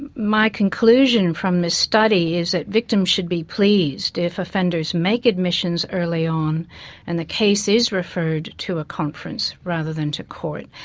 and my conclusion from the study is that victims should be pleased if offenders make admissions early on and the case is referred to a conference rather than to court.